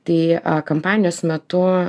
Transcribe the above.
tai a kampanijos metu